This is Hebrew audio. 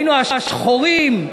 היינו השחורים,